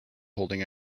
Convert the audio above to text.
holding